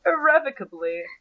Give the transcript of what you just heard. irrevocably